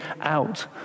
out